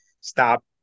stop